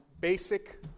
basic